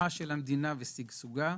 פיתוחה של המדינה ושגשוגה,